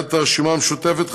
לסיעת הרשימה המשותפת,